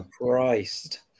Christ